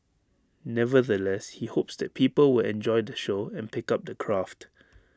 nevertheless he hopes that people will enjoy the show and pick up the craft